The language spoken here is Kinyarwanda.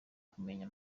kumenya